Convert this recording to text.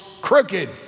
crooked